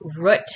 root